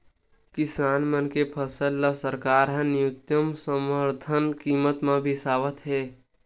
किसान मन के फसल ल सरकार ह न्यूनतम समरथन कीमत म बिसावत हे